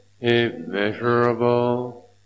immeasurable